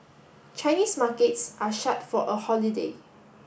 Chinese markets are shut for a holiday